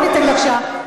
זה התקנון?